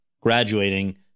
graduating